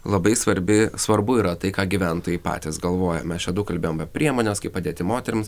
labai svarbi svarbu yra tai ką gyventojai patys galvoja mes čia daug kalbėjom priemones kaip padėti moterims